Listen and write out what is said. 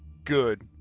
good,